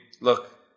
look